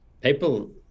People